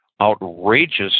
outrageous